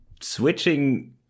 Switching